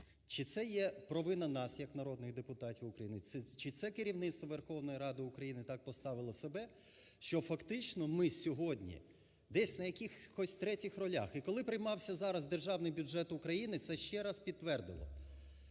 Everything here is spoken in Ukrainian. Чи це є провина нас як народних депутатів України, чи це керівництво Верховної Ради України так поставило себе, що фактично ми сьогодні десь на якихось третіх ролях. І коли приймався зараз державний бюджет України, це ще раз підтвердило,